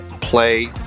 play